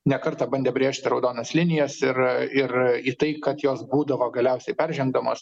ne kartą bandė brėžti raudonas linijas ir ir į tai kad jos būdavo galiausiai peržengdamos